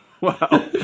Wow